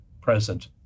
present